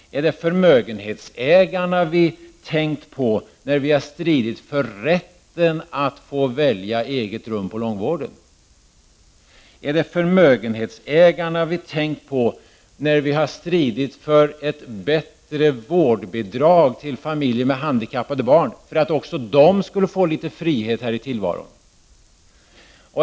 Är det förmögenhetsägarna vi tänkt på när vi har stridit för rätten att få välja eget rum på långvården? Är det förmögenhetsägarna vi tänkt på när vi har stridit för ett bättre vårdbidrag till familjer med handikappade barn för att också de skulle få litet frihet här i tillvaron?